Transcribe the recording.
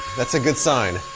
that's a good sign.